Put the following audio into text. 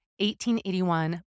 1881